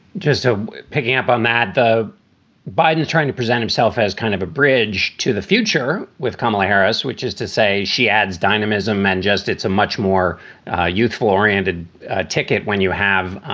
just ah picking up on that, the biden is trying to present himself as kind of a bridge to the future with kamala harris, which is to say, she adds dynamism and just it's a much more ah youthful oriented ticket when you have ah